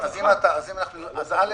א',